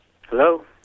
Hello